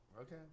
Okay